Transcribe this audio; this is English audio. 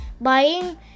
buying